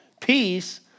peace